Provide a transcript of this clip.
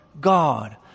God